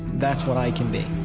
that's what i can be.